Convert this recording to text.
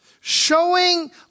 Showing